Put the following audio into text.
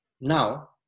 Now